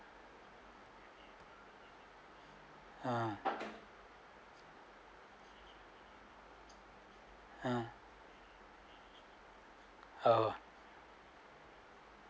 ah ah orh